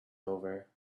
over